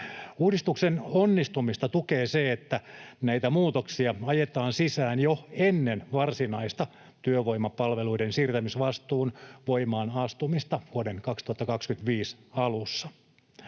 Uudistuksen onnistumista tukee se, että näitä muutoksia ajetaan sisään jo ennen varsinaista työvoimapalveluiden siirtämisvastuun voimaan astumista vuoden 2025 alussa.